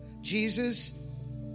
Jesus